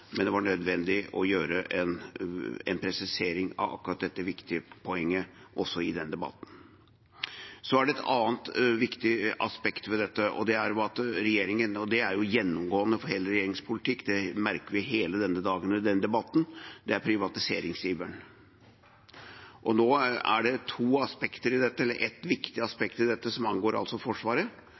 men det var nødvendig med en presisering av akkurat dette viktige poenget også i denne debatten. Det er et annet viktig aspekt ved dette – og det er gjennomgående for hele regjeringens politikk; det merker vi i hele debatten denne dagen – og det er privatiseringsiveren. Nå er det et viktig aspekt ved dette som angår Forsvaret,